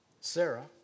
Sarah